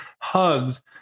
Hugs